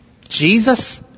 Jesus